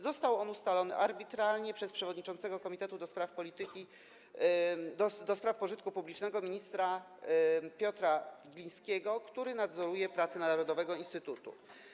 Został on ustalony arbitralnie przez przewodniczącego Komitetu do spraw Pożytku Publicznego ministra Piotra Glińskiego, który nadzoruje prace narodowego instytutu.